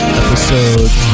episode